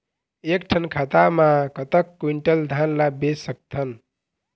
एक ठन खाता मा कतक क्विंटल धान ला बेच सकथन?